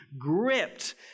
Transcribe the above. gripped